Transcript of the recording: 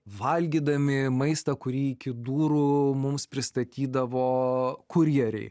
valgydami maistą kurį iki durų mums pristatydavo kurjeriai